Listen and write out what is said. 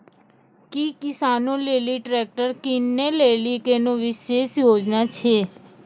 कि किसानो लेली ट्रैक्टर किनै लेली कोनो विशेष योजना छै?